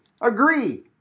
Agree